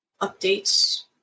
updates